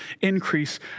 increase